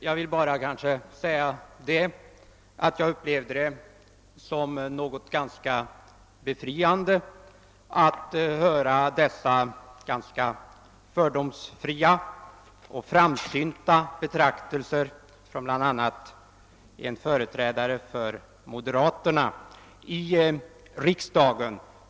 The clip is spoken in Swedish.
Jag vill bara säga att jag upplevde det som befriande att höra dessa fördomsfria och framsynta betraktelser från bl.a. en företrädare för moderaterna i riksdagen.